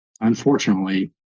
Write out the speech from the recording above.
unfortunately